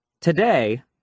Today